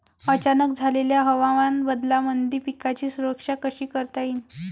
अचानक झालेल्या हवामान बदलामंदी पिकाची सुरक्षा कशी करता येईन?